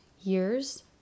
years